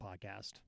podcast